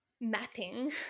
mapping